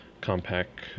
Compact